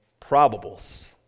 probables